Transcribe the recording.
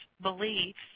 beliefs